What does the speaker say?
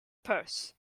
purse